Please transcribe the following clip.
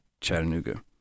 Chattanooga